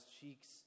cheeks